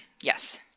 yes